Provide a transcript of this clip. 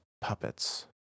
puppets